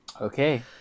Okay